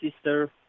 sister